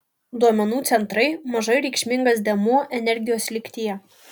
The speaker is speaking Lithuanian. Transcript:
duomenų centrai mažai reikšmingas dėmuo energijos lygtyje